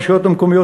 הרשויות המקומיות,